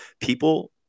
people